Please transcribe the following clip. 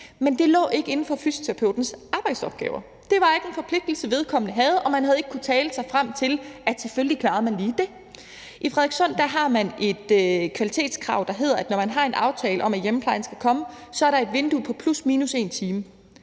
Men det lå ikke inden for fysioterapeutens arbejdsopgaver. Det var ikke en forpligtelse, vedkommende havde, og man havde ikke kunnet tale sig frem til, at selvfølgelig klarede de lige det. I Frederikssund har man et kvalitetskrav, der hedder, at når man har en aftale om, at hjemmeplejen skal komme, så er der et vindue på plus/minus 1 time.